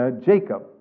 Jacob